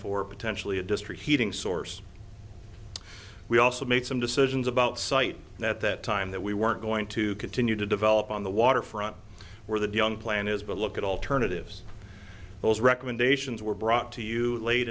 for potentially a district heating source we also made some decisions about site at that time that we weren't going to continue to develop on the waterfront where the young plan is but look at alternatives those recommendations were brought to you late